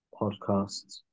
podcasts